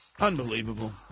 unbelievable